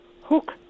Hook